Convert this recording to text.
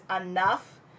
enough